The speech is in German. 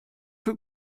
für